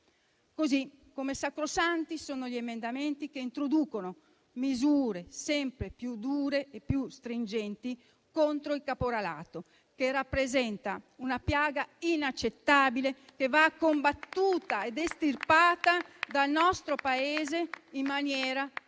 nostro Paese. Sacrosanti sono anche gli emendamenti che introducono misure sempre più dure e più stringenti contro il caporalato, che rappresenta una piaga inaccettabile che va combattuta ed estirpata dal nostro Paese in maniera definitiva.